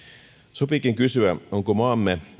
sopiikin kysyä onko maamme